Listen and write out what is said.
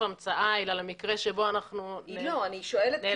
המצאה אלא למקרה שבו אנו נאלצים- -- אין